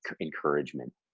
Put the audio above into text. encouragement